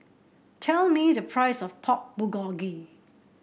tell me the price of Pork Bulgogi